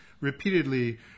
Repeatedly